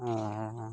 ᱦᱮᱸ ᱦᱮᱸ ᱦᱮᱸ